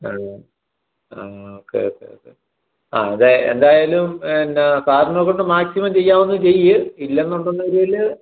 ആ ആ okay okay okay അതെ എന്തായാലും എന്നാ സാറിനെ കൊണ്ട് മാക്സിമം ചെയ്യാവുന്നത് ചെയ്യ് ഇല്ലെന്നുണ്ടെന്ന് വരുകിൽ